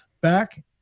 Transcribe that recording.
Back